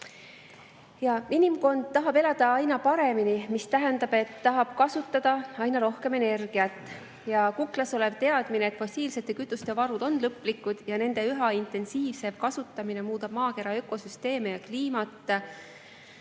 Inimkond tahab elada aina paremini, mis tähendab, et tahab kasutada aina rohkem energiat. Kuklas olev teadmine, et fossiilsete kütuste varud on lõplikud ja nende üha intensiivsem kasutamine muudab maakera ökosüsteemi ja kliimat,